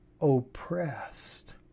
oppressed